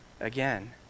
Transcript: again